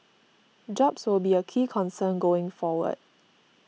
jobs will be a key concern going forward